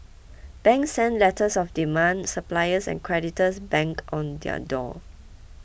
banks sent letters of demand suppliers and creditors banged on their door